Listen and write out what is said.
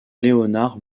leonard